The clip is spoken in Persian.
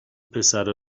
پسره